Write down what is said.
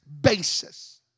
basis